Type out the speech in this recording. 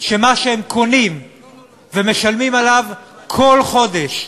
שמה שהם קונים ומשלמים עליו כל חודש,